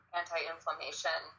anti-inflammation